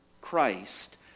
Christ